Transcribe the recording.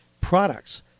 products